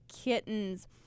kittens